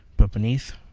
but beneath,